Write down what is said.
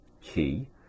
key